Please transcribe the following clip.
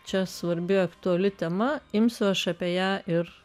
čia svarbi aktuali tema imsiu aš apie ją ir